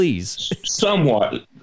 somewhat